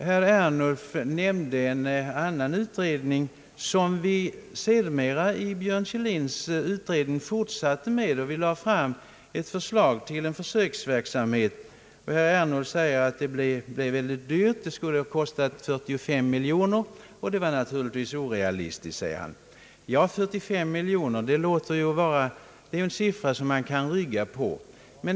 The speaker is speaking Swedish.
Herr Ernulf nämnde en annan utredning, som vi i Björn Kjellins utredning sedermera fortsatte med. Vi lade fram förslag till en försöksverksamhet. Herr Ernulf säger att det blev väldigt dyrt, det skulle ha kostat 45 miljoner kronor, och det var naturligtvis orealistiskt, menar herr Ernulf. Ja, 45 miljoner är ju en siffra som man kan rygga tillbaka inför.